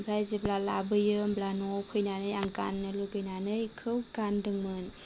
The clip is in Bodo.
ओमफ्राय जेब्ला लाबोयो होमब्ला न'आव फैनानै आं गाननो लुगैनानै इखौ गानदोंमोन